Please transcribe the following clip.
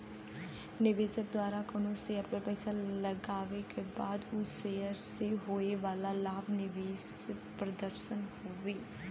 निवेशक द्वारा कउनो शेयर पर पैसा लगवले क बाद उ शेयर से होये वाला लाभ निवेश प्रदर्शन हउवे